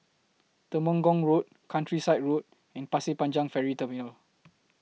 Temenggong Road Countryside Road and Pasir Panjang Ferry Terminal